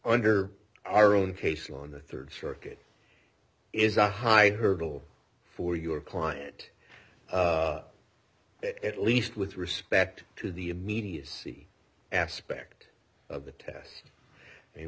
under our own case on the third circuit is a high hurdle for your client at least with respect to the immediacy aspect of the test and